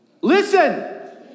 Listen